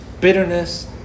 bitterness